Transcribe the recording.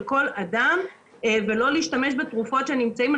כל אדם ולא להשתמש בתרופות שנמצאות,